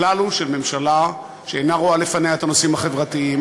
הכלל הוא של ממשלה שאינה רואה לפניה את הנושאים החברתיים,